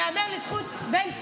ייאמר לזכות, בן צור,